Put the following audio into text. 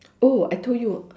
oh I told you